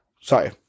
Sorry